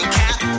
cat